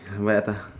where the